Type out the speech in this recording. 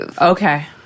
Okay